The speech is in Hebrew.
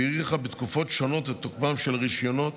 והאריכה בתקופות שונות את תוקפם של רישיונות